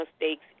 mistakes